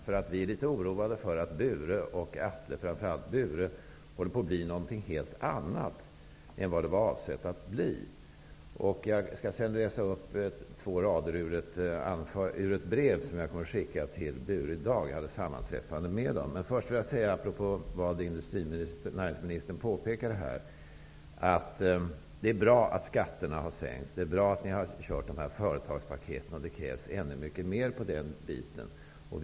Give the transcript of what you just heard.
Vi är nämligen litet oroliga för att Atle och framför allt Bure håller på att bli något helt annat än vad de var avsedda att bli. Jag skall senare läsa upp två rader ur ett brev som jag kommer att skicka till Bure i dag. Jag har haft ett sammanträffande med Bure. Först vill jag dock säga apropå vad näringsministern påpekade här att det är bra att skatterna har sänkts. Det är bra att ni har kört de här företagspaketen. Det krävs ännu mer av det slaget.